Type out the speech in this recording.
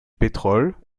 pétrole